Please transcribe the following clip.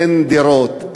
אין דירות,